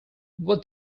what